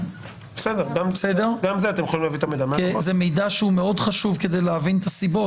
זה מידע שהוא מאוד חשוב כדי להבין את הסיבות,